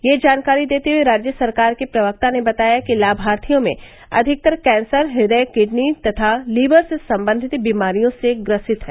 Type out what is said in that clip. यह जानकारी देते हुए राज्य सरकार के प्रवक्ता ने बताया कि लाभार्थियों में अधिकतर कैंसर हृदय किडनी तथा लिवर से सम्बन्धित बीमारियों से ग्रसित हैं